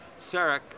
Sarek